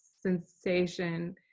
sensation